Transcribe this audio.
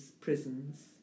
prisons